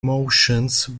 motions